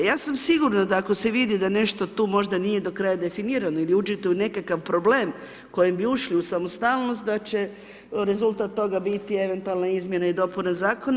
Ja sam sigurna da ako se vidi da nešto tu možda nije do kraja definirano ili uđete u nekakav problem kojim bi ušli u samostalnost, da će rezultat toga biti eventualna izmjena i dopuna Zakona.